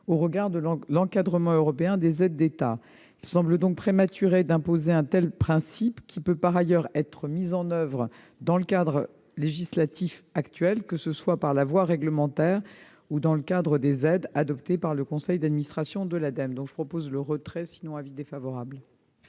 au regard de l'encadrement européen des aides d'État. Il semble donc prématuré d'imposer un principe qui peut par ailleurs être mis en oeuvre dans le cadre législatif actuel, que ce soit par voie réglementaire ou dans le cadre des aides adoptées par le conseil d'administration de l'Ademe. Par conséquent, le Gouvernement